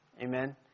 Amen